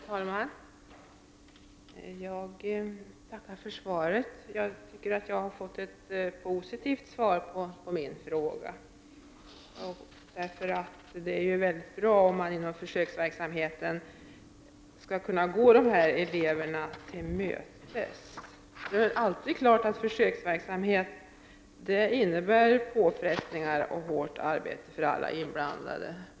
Herr talman! Jag tackar för svaret. Jag tycker att jag har fått ett positivt svar på min fråga. Det är nämligen mycket bra om man inom försöksverksamheten kan gå dessa elever till mötes. Försöksverksamhet innebär alltid påfrestningar och hårt arbete för alla inblandade.